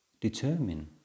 determine